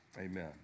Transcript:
amen